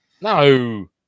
No